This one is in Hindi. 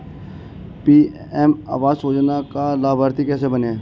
पी.एम आवास योजना का लाभर्ती कैसे बनें?